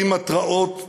עם התרעות יוצאות,